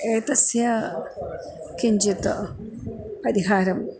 एतस्य किञ्चित् परिहारम्